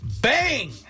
Bang